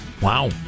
Wow